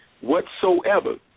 whatsoever